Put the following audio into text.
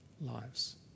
lives